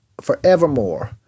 forevermore